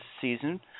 season